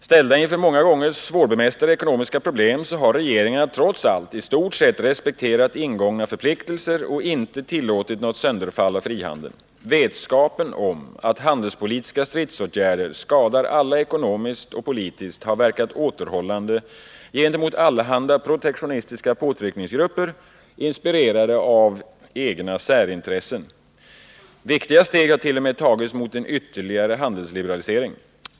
Ställda inför många gånger svårbemästrade ekonomiska problem har regeringar trots allt i stort sett respekterat ingångna förpliktelser och inte tillåtit något sönderfall av frihandeln. Vetskapen om att handelspolitiska stridsåtgärder skadar alla ekonomiskt och politiskt har verkat återhållande gentemot allehanda protektionistiska påstötningsgrupper inspirerade av egna särintressen. Viktiga steg har t.o.m. tagits mot en ytterligare handelsliberalisering.